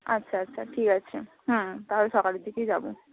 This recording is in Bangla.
আচ্ছা আচ্ছা ঠিক আছে হুম তাহলে সকালের দিকেই যাবো